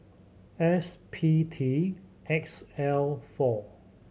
S P T X L four